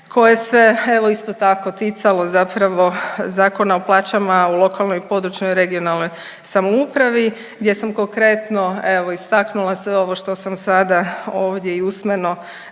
koje se evo isto tako ticalo zapravo Zakona o plaćama u lokalnoj i u područnoj (regionalnoj) samoupravi gdje sam konkretno evo istaknula sve ovo što sam sada ovdje i usmeno